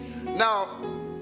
Now